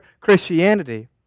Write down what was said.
Christianity